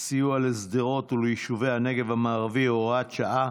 סיוע לשדרות וליישובי הנגב המערבי (הוראת שעה)